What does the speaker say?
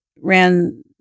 ran